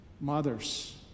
mothers